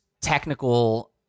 technical